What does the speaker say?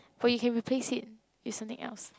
but you can replace it with something else